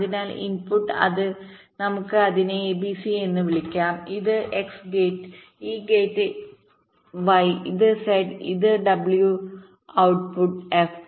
അതിനാൽ ഇൻപുട്ട് നമുക്ക് അതിനെ a b c എന്ന് വിളിക്കാം ഇത് x ഈ ഗേറ്റ് y ഇത് z ഇത് w wട്ട്പുട്ട് f